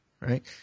right